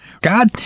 God